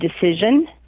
decision